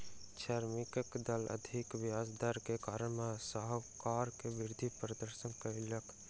श्रमिकक दल अधिक ब्याज दर के कारण साहूकार के विरुद्ध प्रदर्शन कयलक